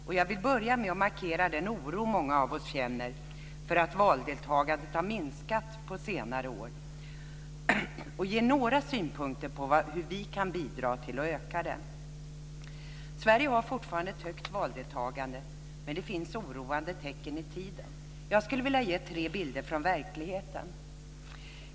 Först vill jag dock markera den oro som många av oss känner över att valdeltagandet har minskat på senare år och ge några synpunkter på hur vi kan bidra till ett ökat valdeltagande. Sverige har fortfarande ett högt valdeltagande men det finns oroande tecken i tiden. Jag skulle vilja ge tre bilder från verkligheten.